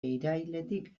irailetik